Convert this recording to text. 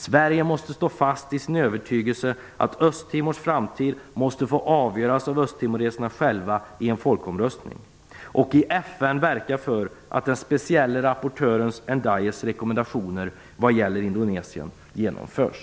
Sverige måste stå fast i sin övertygelse att Östtimors framtid måste få avgöras av Östtimoreserna själva i en folkomröstning och i FN verka för att den specielle rapportören Ndiayes rekommendationer vad gäller Indonesien genomförs.